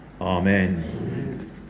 Amen